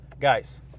guys